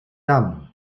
dam